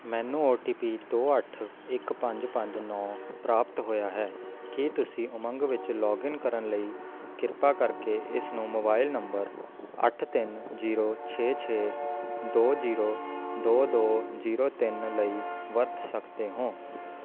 ਮੈਨੂੰ O T P ਦੋ ਅੱਠ ਇੱਕ ਪੰਜ ਪੰਜ ਨੌ ਪ੍ਰਾਪਤ ਹੋਇਆ ਹੈ ਕੀ ਤੁਸੀਂ ਉਮੰਗ ਵਿੱਚ ਲੌਗਇਨ ਕਰਨ ਲਈ ਕਿਰਪਾ ਕਰਕੇ ਇਸਨੂੰ ਮੋਬਾਈਲ ਨੰਬਰ ਅੱਠ ਤਿੰਨ ਜ਼ੀਰੋ ਛੇ ਛੇ ਦੋ ਜ਼ੀਰੋ ਦੋ ਦੋ ਜ਼ੀਰੋ ਤਿੰਨ ਲਈ ਵਰਤ ਸਕਦੇ ਹੋ